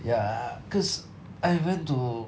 ya cause I went to